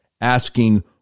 asking